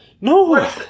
no